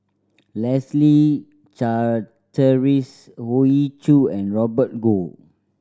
Leslie Charteris Hoey Choo and Robert Goh